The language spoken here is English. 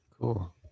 cool